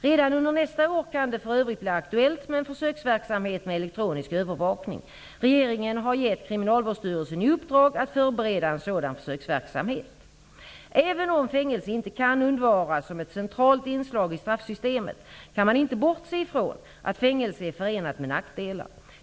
Redan under nästa år kan det för övrigt bli aktuellt med en försöksverksamhet med elektronisk övervakning. Regeringen har gett Kriminalvårdsstyrelsen i uppdrag att förbereda en sådan försöksverksamhet. Även om fängelse inte kan undvaras som ett centralt inslag i straffsystemet, kan man ine bortse ifrån att fängelse är förenat med nackdelar.